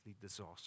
disastrous